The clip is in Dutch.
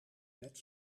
net